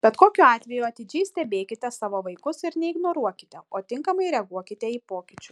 bet kokiu atveju atidžiai stebėkite savo vaikus ir neignoruokite o tinkamai reaguokite į pokyčius